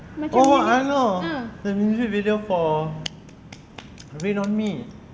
oh I know the music video for rain on me